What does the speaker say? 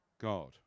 God